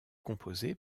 composée